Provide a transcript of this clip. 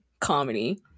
comedy